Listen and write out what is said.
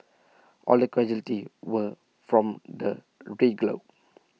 all the casualties were from the